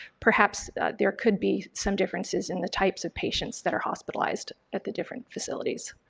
perhaps there could be some differences in the types of patients that are hospitalized at the different facilities.